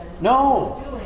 No